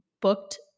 booked